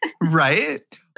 Right